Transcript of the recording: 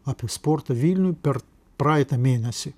apie sportą vilniuj per praeitą mėnesį